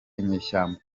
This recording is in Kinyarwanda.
inyeshyamba